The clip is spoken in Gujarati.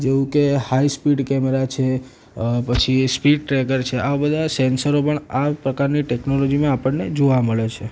જેવું કે હાઈસ્પીડ કેમેરા છે અ પછી સ્પીડ ટ્રેકર છે આ બધા સેન્સરો પણ આ પ્રકારની ટેક્નોલોજીમાં આપણને જોવા મળે છે